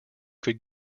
could